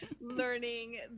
learning